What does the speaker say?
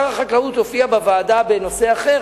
שר החקלאות הופיע בוועדה בנושא אחר,